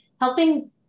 helping